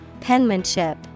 Penmanship